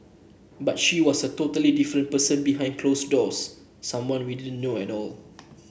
but she was a totally different person behind closed doors someone we didn't know at all